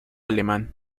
alemán